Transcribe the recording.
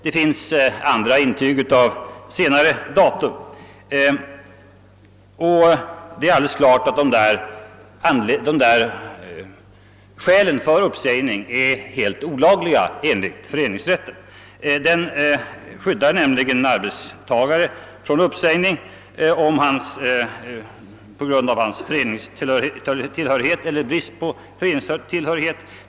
Det finns liknande intyg av senare datum. Det är alldeles uppenbart att dessa skäl för en uppsägning är helt olagliga enligt föreningslagen. Denna skyddar nämligen arbetstagare från uppsägning på grund av hans föreningstillhörighet eller brist på föreningstillhörighet.